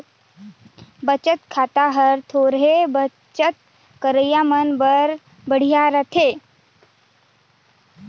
बचत खाता हर थोरहें बचत करइया मन बर बड़िहा रथे